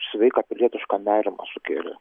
sveiką pilietišką nerimą sukėlė